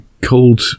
cold